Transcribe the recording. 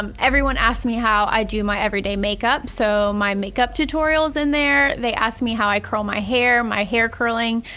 um everyone asks me how i do my everyday makeup. so my makeup tutorial's in there. they ask me how i curl my hair, my hair curling